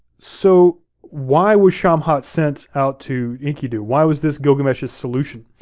so why was shamhat sent out to enkidu? why was this gilgamesh's solution?